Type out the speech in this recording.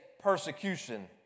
persecution